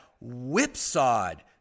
whipsawed